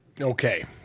Okay